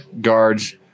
guards